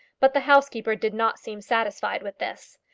but the housekeeper did not seem satisfied with this.